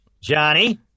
johnny